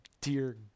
dear